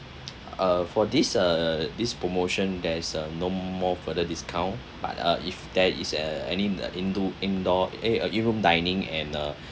uh for this uh this promotion there is uh no more further discount but uh if there is a any the indo~ indoor eh in room dining and uh